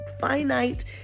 finite